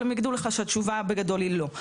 אבל הם יגידו לך תשובה שבגדול היא לא.